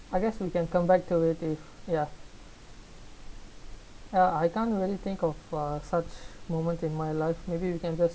I guess we can come back to ya uh I can't really think of uh such moments in my life maybe we can just